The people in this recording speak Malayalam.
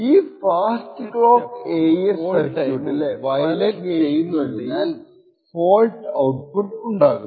ഈ ഫാസ്റ്റ് ക്ലോക്ക് AES സർക്യൂട്ടിലെ പല ഗെയ്റ്റുകളുടെ സെറ്റപ്പും ഹോൾഡ് ടൈമും വയലേറ്റ് ചെയ്യുന്നതിനാൽ ഫോൾട്ടി ഔട്പുട്ട് ഉണ്ടാകുന്നു